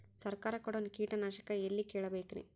ಸರಕಾರ ಕೊಡೋ ಕೀಟನಾಶಕ ಎಳ್ಳಿ ಕೇಳ ಬೇಕರಿ?